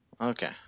Okay